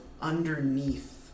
underneath